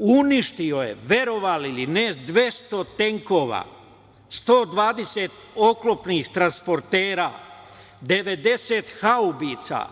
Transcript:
Uništio je, verovali ili ne, 200 tenkova, 120 oklopnih transportera, 90 haubica,